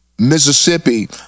Mississippi